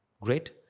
Great